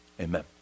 amen